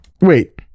Wait